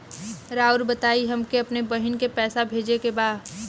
राउर बताई हमके अपने बहिन के पैसा भेजे के बा?